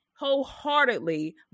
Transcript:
Wholeheartedly